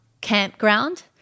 Campground